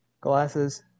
glasses